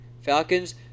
Falcons